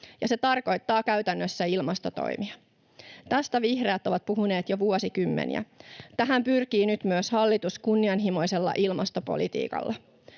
se tarkoittaa käytännössä ilmastotoimia. Tästä vihreät ovat puhuneet jo vuosikymmeniä. Tähän pyrkii nyt myös hallitus kunnianhimoisella ilmastopolitiikalla.